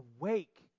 awake